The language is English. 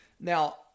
Now